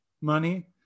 money